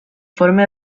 forma